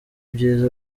byiza